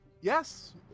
Yes